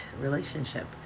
relationship